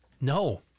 No